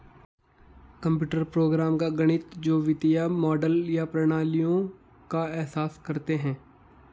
computer program का गणित जो वित्तीय मॉडल या प्रणालियों का एहसास करते हैं